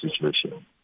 situation